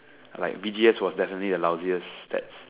like B_D_S was definitely the lousiest stats